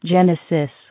Genesis